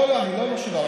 אני לא אומר שלא.